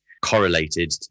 correlated